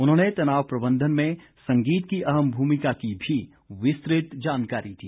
उन्होंने तनाव प्रबंधन में संगीत की अहम भूमिका की भी विस्तृत जानकारी दी